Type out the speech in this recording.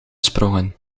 sprongen